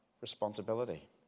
responsibility